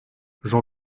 j’en